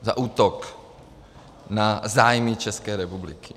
Za útok na zájmy České republiky.